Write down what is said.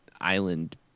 Island